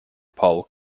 pole